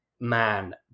man